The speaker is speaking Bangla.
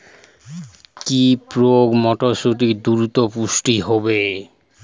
কি প্রয়োগে মটরসুটি দ্রুত পুষ্ট হবে?